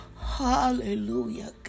Hallelujah